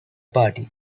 party